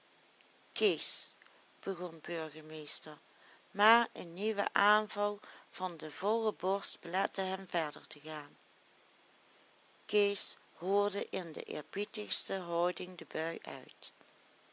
kees begon burgemeester maar een nieuwe aanval van de volle borst belette hem verder te gaan kees hoorde in de eerbiedigste houding de bui uit